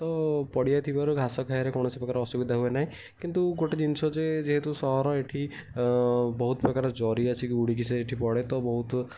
ତ ପଡ଼ିଆ ଥିବାରୁ ଘାସ ଖାଇବାରେ କୌଣସି ପ୍ରକାର ଅସୁବିଧା ହୁଏ ନାହିଁ କିନ୍ତୁ ଗୋଟେ ଜିନିଷ ଯେ ଯେହେତୁ ସହର ଏଠି ବହୁତ ପ୍ରକାର ଜରି ଆସିକି ଉଡ଼ିକି ସେଇଠି ପଡ଼େ ତ ବହୁତ